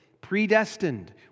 Predestined